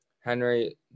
Henry